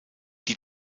die